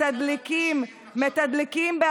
מתדלקים, אז למה התחננת לשריון עכשיו?